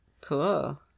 Cool